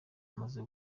bamaze